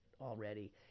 already